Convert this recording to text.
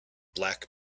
black